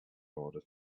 order